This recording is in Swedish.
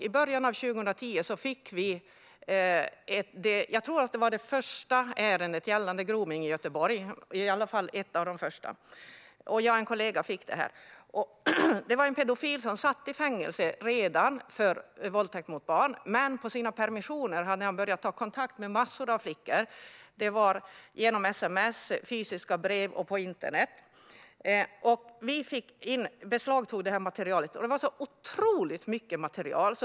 I början av 2010 fick jag och en kollega det som jag tror var det första ärendet gällande gromning i Göteborg - det var i alla fall ett av de första. Det var en pedofil som satt i fängelse för våldtäkt mot barn, men under hans permissioner hade han börjat ta kontakt med massor av flickor. Det gjorde han genom sms, fysiska brev och internet. Vi beslagtog materialet. Det var otroligt mycket material.